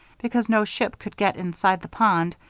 because no ship could get inside the pond,